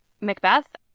Macbeth